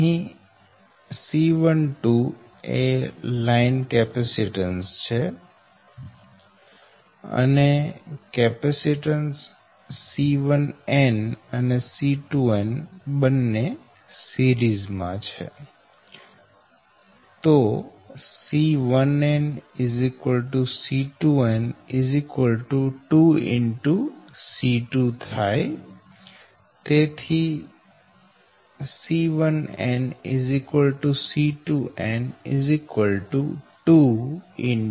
અહી C12 એ line capacitance છે અને કેપેસીટન્સ C1n અને C2n બંને સીરિઝ માં છે C1n C2n 2C12 થાય તેથી C1n C2n 2 0